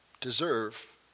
deserve